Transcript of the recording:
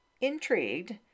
Intrigued